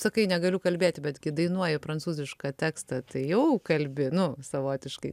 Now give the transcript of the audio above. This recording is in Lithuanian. sakai negaliu kalbėti bet gi dainuoji prancūzišką tekstą tai jau kalbi nu savotiškai